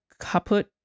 Kaput